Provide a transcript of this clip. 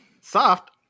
soft